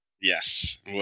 Yes